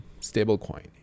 stablecoin